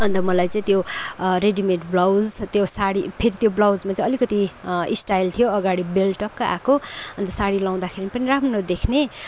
अन्त मलाई चाहिँ त्यो रडिमेड ब्लाउज त्यो सारी फेरि त्यो ब्लाउजमा चाहिँ अलिकति स्टाइल थियो अगाडि बेल टक्क आएको अन्त सारी लगाउँदाखेरि पनि राम्रो देखिने